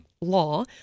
law